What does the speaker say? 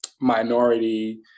minority